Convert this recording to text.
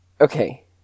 okay